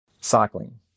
Cycling